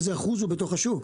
איזה אחוז הוא בתוך השוק?